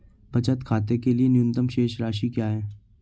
बचत खाते के लिए न्यूनतम शेष राशि क्या है?